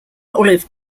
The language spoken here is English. olive